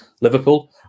Liverpool